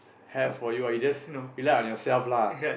have for you ah you just rely on yourself lah